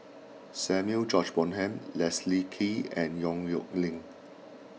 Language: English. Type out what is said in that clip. Samuel George Bonham Leslie Kee and Yong Nyuk Lin